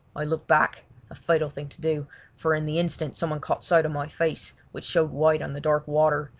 i looked back a fatal thing to do for in the instant someone caught sight of my face, which showed white on the dark water,